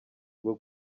bwo